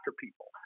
people